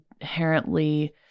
inherently